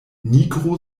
nigro